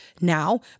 now